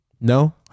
no